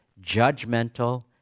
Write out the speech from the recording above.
judgmental